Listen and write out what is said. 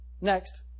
next